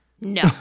No